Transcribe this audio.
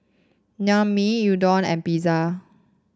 Naengmyeon Udon and Pizza